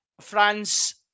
France